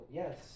yes